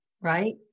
right